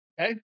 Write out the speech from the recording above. okay